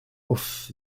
off